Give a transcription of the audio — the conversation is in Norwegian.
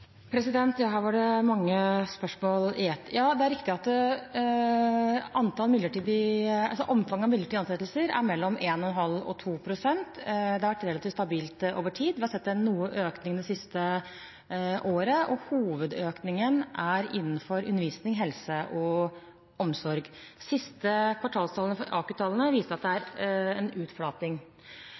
Her var det mange spørsmål i ett. Ja, det er riktig at omfanget av midlertidige ansettelser er 1,5–2 pst. Det har vært relativt stabilt over tid. Vi har sett noe økning det siste året, og hovedøkningen er innenfor undervisning, helse og omsorg. De siste kvartalstallene fra AKU viser at det er en utflating,